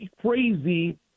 crazy